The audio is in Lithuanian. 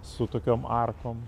su tokiom arkom